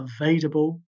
available